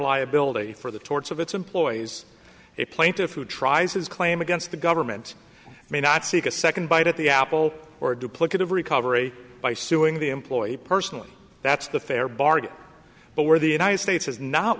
liability for the torts of its employees a plaintiff who tries his claim against the government may not seek a second bite at the apple or duplicative recovery by suing the employee personally that's the fair bargain but where the united states has not